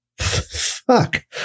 fuck